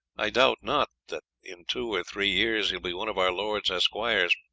i doubt not that in two or three years he will be one of our lord's esquires,